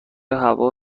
هوا